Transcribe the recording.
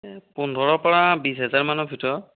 এই পোন্ধৰ পৰা বিশ হেজাৰ মানৰ ভিতৰত